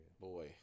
Boy